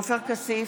עופר כסיף,